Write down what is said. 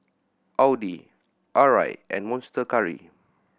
Audi Arai and Monster Curry